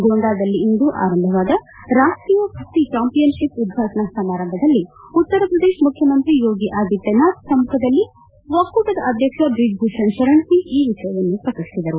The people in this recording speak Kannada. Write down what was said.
ಗೋಂಡಾದಲ್ಲಿಂದು ಆರಂಭವಾದ ರಾಷ್ಲೀಯ ಕುಸ್ತಿ ಚಾಂಪಿಯನ್ ಶಿಪ್ ಉದ್ವಾಟನಾ ಸಮಾರಂಭದಲ್ಲಿ ಉತ್ತರ ಪ್ರದೇಶ ಮುಖ್ಯಮಂತ್ರಿ ಯೋಗಿ ಆದಿತ್ಲನಾಥ್ ಸಮ್ನುಖದಲ್ಲಿ ಒಕ್ಕೂಟದ ಅಧ್ಯಕ್ಷ ಬ್ರಿಜ್ ಭೂಷಣ್ ಶರಣ್ ಸಿಂಗ್ ಈ ವಿಷಯವನ್ನು ಪ್ರಕಟಿಸಿದರು